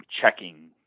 checking